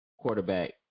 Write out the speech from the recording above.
quarterback